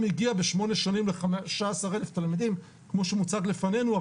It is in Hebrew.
מגיע ב-8 שנים ל-15,000 תלמידים כמו שמוצג לפנינו,